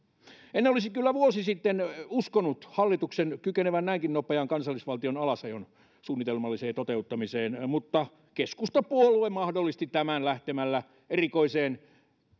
en olisi kyllä vuosi sitten uskonut hallituksen kykenevän näinkin nopeaan kansallisvaltion alasajon suunnitelmalliseen toteuttamiseen mutta keskustapuolue mahdollisti tämän lähtemällä